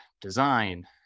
design